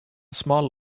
smal